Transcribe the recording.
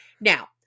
Now